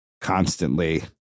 constantly